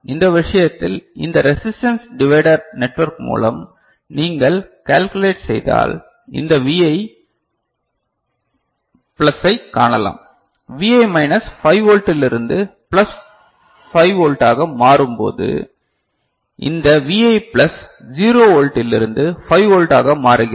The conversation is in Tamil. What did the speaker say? இந்த விஷயத்தில் இந்த ரெசிஸ்டன்ஸ் டிவைடர் நெட்வொர்க் மூலம் நீங்கள் கேள்குலட் செய்தால் இந்த Vi பிளஸைக் காணலாம் Vi மைனஸ் 5 வோல்ட்டிலிருந்து பிளஸ் 5 வோல்ட்டாக மாறும்போது இந்த Vi பிளஸ் 0 வோல்ட்டிலிருந்து 5 வோல்ட்டாக மாறுகிறது